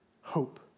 hope